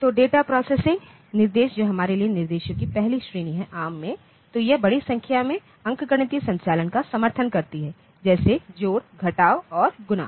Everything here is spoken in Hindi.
तो डेटा प्रोसेसिंग निर्देश जो हमारे लिए निर्देशों की पहली श्रेणी है एआरएम में तो यह बड़ी संख्या में अंक गणितीय संचालन का समर्थन करती हैं जैसे जोड़ घटाव और गुणा